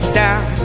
down